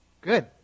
Good